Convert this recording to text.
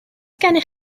gennych